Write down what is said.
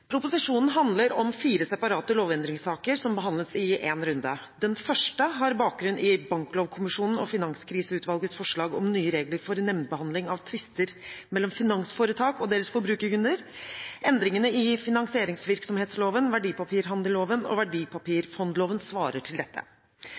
Proposisjonen handler om fire separate lovendringssaker som behandles i én runde. Den første har bakgrunn i Banklovkommisjonen og Finanskriseutvalgets forslag om nye regler for nemndbehandling av tvister mellom finansforetak og deres forbrukerkunder. Endringene i finansieringsvirksomhetsloven, verdipapirhandelloven og